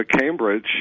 Cambridge